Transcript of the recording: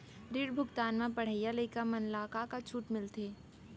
ऋण भुगतान म पढ़इया लइका मन ला का का छूट मिलथे?